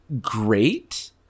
great